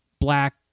black